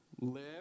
live